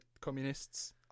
communists